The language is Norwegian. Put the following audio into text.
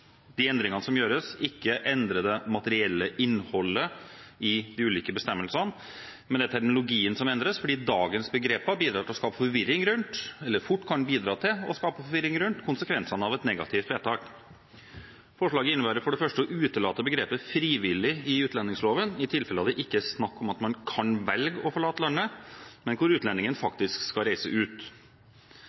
de endringene som gjøres, ikke endrer det materielle innholdet i de ulike bestemmelsene. Det er terminologien som endres, fordi dagens begreper fort kan bidra til å skape forvirring rundt konsekvensene av et negativt vedtak. Forslaget innebærer for det første å utelate begrepet «frivillig» i utlendingsloven i tilfeller der det ikke er snakk om at man kan velge å forlate landet, men hvor utlendingen faktisk skal reise ut.